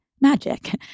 magic